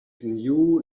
knew